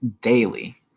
daily